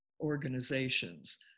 organizations